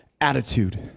attitude